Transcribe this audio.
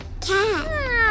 Cat